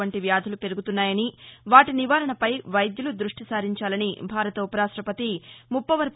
వంటి వ్యాధులు పెరుగుతున్నాయని వాటి నివారణపై వైద్యులు దృష్టి సారించాలని భారత ఉపరాష్టపతి ఎం